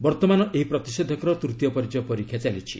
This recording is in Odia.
ବର୍ତ୍ତମାନ ଏହି ପ୍ରତିଷେଧକର ତୃତୀୟ ପର୍ଯ୍ୟାୟ ପରୀକ୍ଷା ଚାଲିଛି